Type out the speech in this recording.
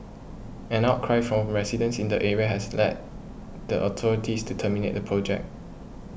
an outcry from residents in the area has led the authorities to terminate the project